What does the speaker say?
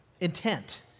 intent